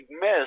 miss